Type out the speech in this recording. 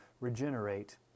regenerate